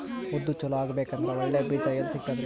ಉದ್ದು ಚಲೋ ಆಗಬೇಕಂದ್ರೆ ಒಳ್ಳೆ ಬೀಜ ಎಲ್ ಸಿಗತದರೀ?